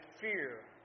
fear